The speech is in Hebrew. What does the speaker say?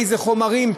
מאיזה חומרים,